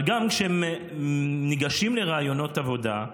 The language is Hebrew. אבל גם כשהם ניגשים לראיונות עבודה,